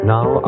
Now